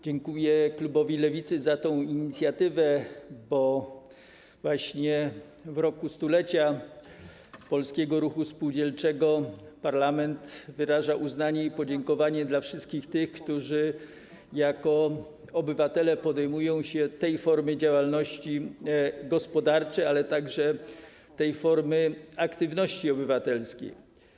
Dziękuję klubowi Lewicy za tę inicjatywę, bo właśnie w roku stulecia polskiego ruchu spółdzielczego parlament wyraża uznanie i podziękowanie wszystkim tym, którzy jako obywatele podejmują się tej formy działalności gospodarczej, ale także tej formy aktywności obywatelskiej.